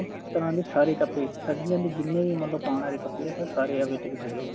ਉਸ ਤਰ੍ਹਾਂ ਦੇ ਸਾਰੇ ਕੱਪੜੇ ਸਰਦੀਆਂ ਦੇ ਜਿੰਨੇ ਵੀ ਮਨਲੋ ਪਾਉਣ ਵਾਲੇ ਕੱਪੜੇ ਸਰ ਸਾਰੇ ਐਵੇਟੇਬਟ ਹੈਗੇ ਹੈ